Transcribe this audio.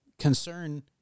concern